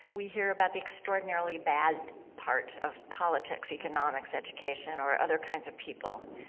we hear about the extraordinarily bad part of politics, economics, education or other kinds of people.